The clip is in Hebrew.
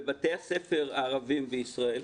בבתי-הספר הערבים בישראל,